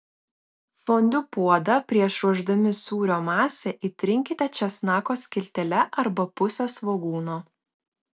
fondiu puodą prieš ruošdami sūrio masę įtrinkite česnako skiltele arba puse svogūno